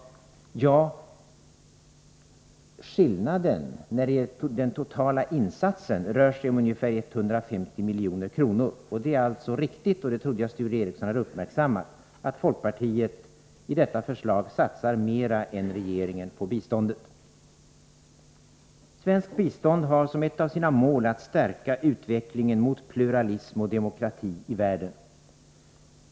Ja. Det är riktigt att skillnaden när det gäller den totala insatsen rör sig om ungefär 150 milj.kr. Jag trodde Sture Ericson uppmärksammat att folkpartiet i detta förslag satsar mera än regeringen på biståndet. Svenskt bistånd har som ett av sina mål att stärka utvecklingen mot pluralism och demokrati i världen.